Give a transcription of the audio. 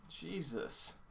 Jesus